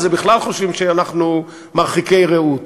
אז בכלל חושבים שאנחנו מרחיקי ראות.